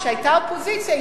כשהיתה אופוזיציה,